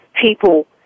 people